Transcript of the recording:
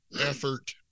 effort